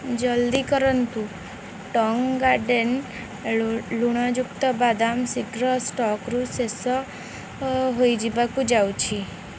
ଜଲ୍ଦି କରନ୍ତୁ Tong Garden ଲୁ ଲୁଣଯୁକ୍ତ ବାଦାମ ଶୀଘ୍ର ଷ୍ଟକ୍ରୁ ଶେଷ ହେଇଯିବାକୁ ଯାଉଛି